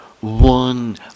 one